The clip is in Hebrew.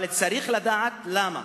אבל צריך לדעת למה.